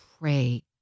pray